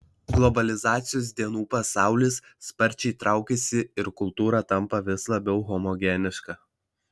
globalizacijos dienų pasaulis sparčiai traukiasi ir kultūra tampa vis labiau homogeniška